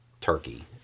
turkey